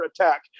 attack